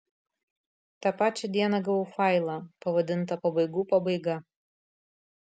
tą pačią dieną gavau failą pavadintą pabaigų pabaiga